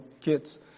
kids